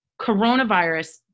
coronavirus